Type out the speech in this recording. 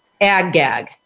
ag-gag